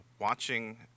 watching